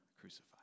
crucified